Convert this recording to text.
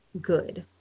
good